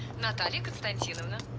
natalya konstantinovna.